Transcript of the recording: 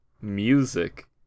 music